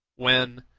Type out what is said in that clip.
when,